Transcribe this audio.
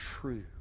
true